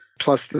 Plus